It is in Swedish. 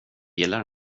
gillar